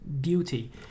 beauty